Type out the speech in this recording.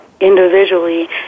individually